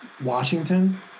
Washington